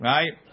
Right